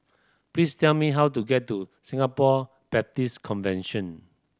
please tell me how to get to Singapore Baptist Convention